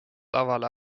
lavale